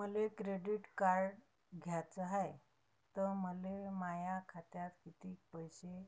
मले credit card घ्याचं हाय, त मले माया खात्यात कितीक पैसे